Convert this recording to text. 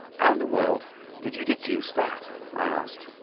how in the world did you deduce that? i asked.